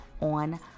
on